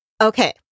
okay